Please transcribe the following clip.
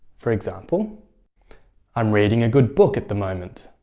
for example i'm reading a good book at the moment.